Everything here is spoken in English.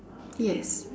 yes